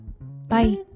Bye